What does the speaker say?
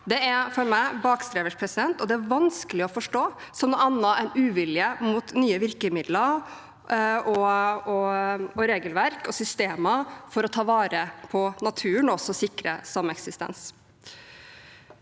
Det er for meg bakstreversk, og det er vanskelig å forstå som noe annet enn uvilje mot nye virkemidler og regelverk og systemer for å ta vare på naturen og også sikre sameksistens.